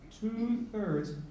two-thirds